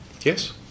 yes